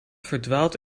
verdwaalt